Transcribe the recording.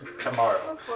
tomorrow